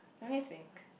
let me think